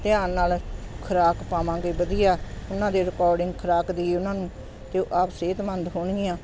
ਧਿਆਨ ਨਾਲ ਖੁਰਾਕ ਪਾਵਾਂਗੇ ਵਧੀਆ ਉਹਨਾਂ ਦੀ ਰਿਕਾਰਡਿੰਗ ਖੁਰਾਕ ਦੀ ਉਹਨਾਂ ਨੂੰ ਅਤੇ ਆਪ ਸਿਹਤਮੰਦ ਹੋਣਗੀਆਂ